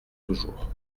toujours